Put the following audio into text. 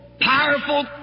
powerful